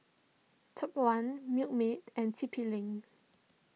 Top one Milkmaid and T P Link